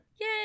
Yay